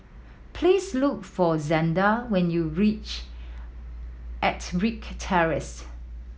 please look for Zander when you reach Ettrick Terrace